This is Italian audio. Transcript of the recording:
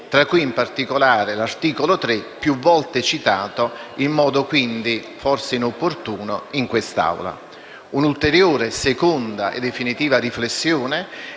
tra cui in particolare l'articolo 3 più volte citato - forse in modo inopportuno - in quest'Aula. Un'ulteriore seconda e definitiva riflessione